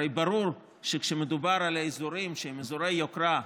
הרי ברור שכשמדובר על האזורים שהם אזורי יוקרה,